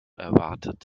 erwartet